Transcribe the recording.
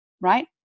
right